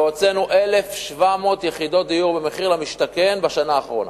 והוצאנו 1,700 יחידות דיור במחיר למשתכן בשנה האחרונה,